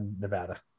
Nevada